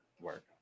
Work